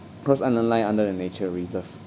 cross island line under the nature reserve